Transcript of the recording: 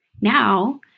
now